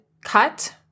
cut